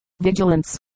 vigilance